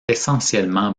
essentiellement